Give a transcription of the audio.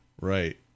Right